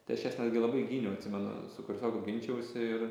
tai aš jas netgi labai gyniau atsimenu su kursioku ginčijausi ir